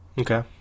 Okay